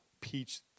peach